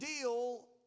deal